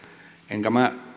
enkä minä